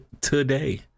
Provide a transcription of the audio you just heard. today